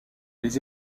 les